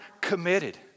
committed